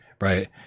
right